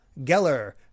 Geller